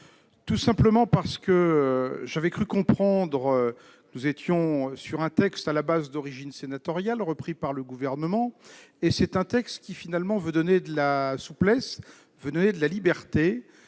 tout simplement parce que j'avais cru comprendre, nous étions sur un texte à la base d'origine sénatoriale, repris par le gouvernement, et c'est un texte qui, finalement, veut donner de la souplesse de la liberté